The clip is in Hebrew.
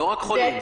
אלה לא רק חולים.